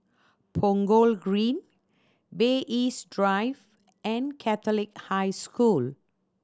Punggol Green Bay East Drive and Catholic High School